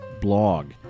blog